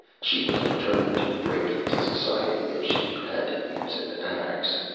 she was determined to break into society if she had to use an ax.